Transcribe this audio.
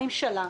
לממשלה,